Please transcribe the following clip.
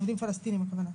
עובדים פלשתינאים הכוונה.